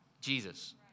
Jesus